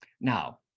now